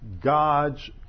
God's